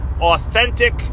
authentic